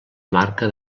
marca